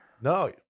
no